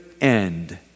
end